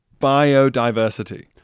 biodiversity